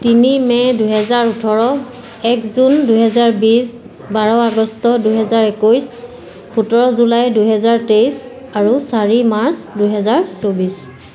তিনি মে' দুহেজাৰ ওঠৰ এক জুন দুহেজাৰ বিছ বাৰ আগষ্ট দুহেজাৰ একৈছ সোতৰ জুলাই দুহেজাৰ তেইছ আৰু চাৰি মাৰ্চ দুহেজাৰ চৌবিছ